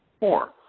four,